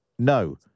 No